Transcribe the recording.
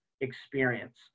experience